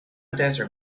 desert